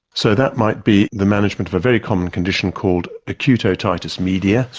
so that might be the management of a very common condition called acute otitis media,